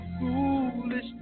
foolish